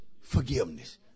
forgiveness